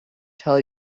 tell